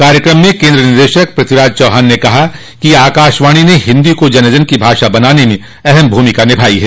कार्यक्रम में केन्द्र निदेशक पृथ्वीराज चौहान ने कहा कि आकाशवाणी ने हिन्दी को जन जन की भाषा बनाने में अहम भूमिका निभाई है